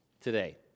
today